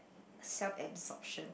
self absorption